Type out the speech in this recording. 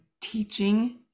teaching